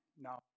Now